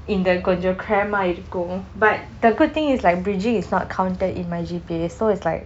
இந்த கொஞ்சம்:intha konjam cram ஆயிருக்கும்:aayirukkum but the good thing is like bridging is not counted in my G_P_A so it's like